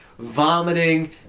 vomiting